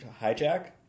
hijack